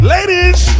Ladies